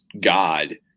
God